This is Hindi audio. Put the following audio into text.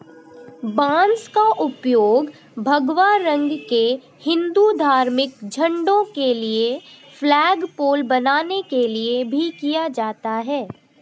बांस का उपयोग भगवा रंग के हिंदू धार्मिक झंडों के लिए फ्लैगपोल बनाने के लिए भी किया जाता है